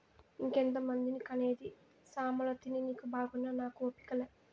ఇంకెంతమందిని కనేది సామలతిని నీకు బాగున్నా నాకు ఓపిక లా